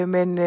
Men